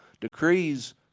decrees